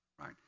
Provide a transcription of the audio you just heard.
right